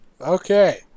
Okay